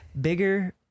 bigger